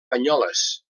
banyoles